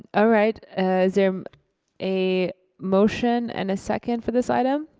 and ah right is there um a motion and a second for this item?